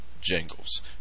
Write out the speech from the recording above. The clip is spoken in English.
jingles